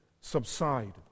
subside